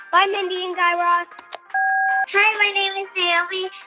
bye, mindy and guy raz hi, my name is naomi.